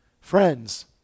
Friends